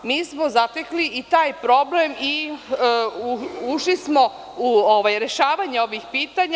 Mi smo zatekli i taj problem i ušli smo u rešavanje ovih pitanja.